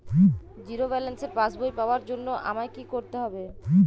Zero ব্যালেন্সের পাসবই পাওয়ার জন্য আমায় কী করতে হবে?